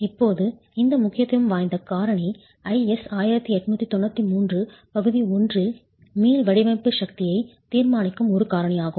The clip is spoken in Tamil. இப்போது இந்த முக்கியத்துவம் வாய்ந்த காரணி IS 1893 பகுதி 1 இல் மீள் வடிவமைப்பு சக்தியைத் தீர்மானிக்கும் ஒரு காரணியாகும்